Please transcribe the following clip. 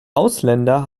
ausländer